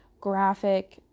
graphic